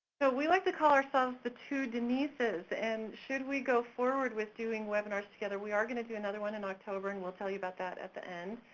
so we like to call ourselves the two denises and should we go forward with doing webinars together, we are gonna do another one in october and we'll tell you about that at the end.